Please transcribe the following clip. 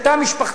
של תא משפחתי,